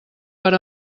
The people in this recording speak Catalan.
per